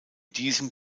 diesem